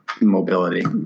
mobility